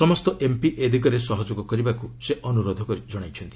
ସମସ୍ତ ଏମ୍ପି ଏ ଦିଗରେ ସହଯୋଗ କରିବାକୁ ସେ ଅନୁରୋଧ ଜଣାଇଛନ୍ତି